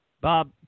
Bob